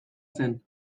zen